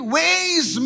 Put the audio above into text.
ways